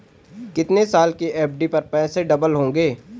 कितने साल की एफ.डी पर पैसे डबल होंगे?